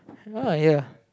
uh ya